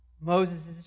Moses